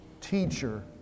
teacher